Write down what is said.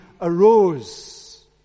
arose